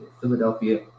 Philadelphia